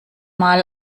mal